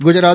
Gujarat